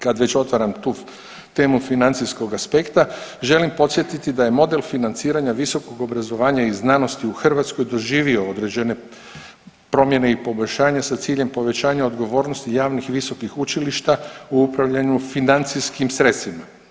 Kad već otvaram tu temu financijskog aspekta, želim podsjetiti da je model financiranja visokog obrazovanja i znanosti u Hrvatskoj doživio određene promjene i poboljšanja sa ciljem povećanja odgovornosti javnih i visokih učilišta u upravljanju financijskim sredstvima.